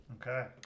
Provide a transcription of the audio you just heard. Okay